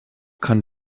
kann